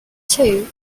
two